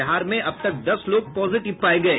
बिहार में अब तक दस लोग पॉजेटिव पाये गये